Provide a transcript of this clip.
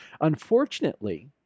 Unfortunately